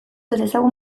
ezezagun